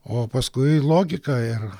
o paskui logika ir